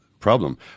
problem